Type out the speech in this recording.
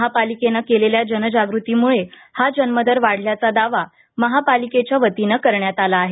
महापालिकेने केलेल्या जनजागृतीमूळे हा जन्मदर वाढल्याचा दावा महापालिकेच्या वतीने करण्यात आला आहे